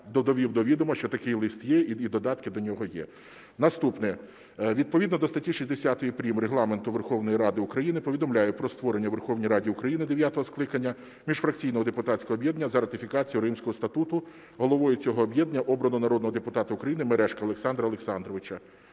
я довів до відома, що такий лист є, і додатки до нього є. Наступне. Відповідно до статті 60 прим. Регламенту Верховної Ради України повідомляю про створення у Верховній Раді України дев'ятого скликання міжфракційного депутатського об'єднання "За ратифікацію Римського статуту". Головою цього об'єднання обрано народного депутата України Мережка Олександра Олександровича.